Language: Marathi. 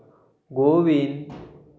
गोविन